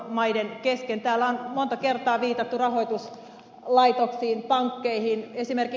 täällä on monta kertaa viitattu rahoituslaitoksiin pankkeihin